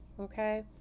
okay